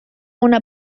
una